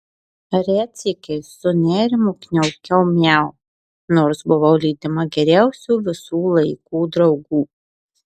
retsykiais su nerimu kniaukiau miau nors buvau lydima geriausių visų laikų draugų